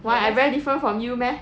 why I very different from you meh